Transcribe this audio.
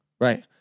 Right